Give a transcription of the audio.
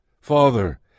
Father